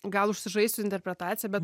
gal užsižaisiu interpretacija bet